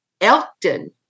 Elkton